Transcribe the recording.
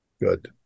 good